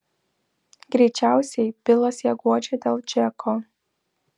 greičiausiai bilas ją guodžia dėl džeko